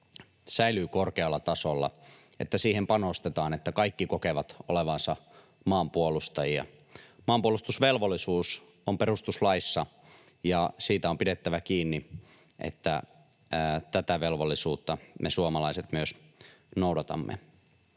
säilyy korkealla tasolla, että siihen panostetaan, että kaikki kokevat olevansa maan puolustajia. Maanpuolustusvelvollisuus on perustuslaissa, ja siitä on pidettävä kiinni, että tätä velvollisuutta me suomalaiset myös noudatamme.